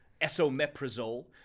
Esomeprazole